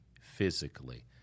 physically